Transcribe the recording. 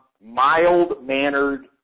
mild-mannered